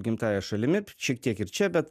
gimtąja šalimi šiek tiek ir čia bet